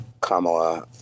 Kamala